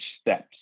steps